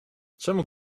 czemu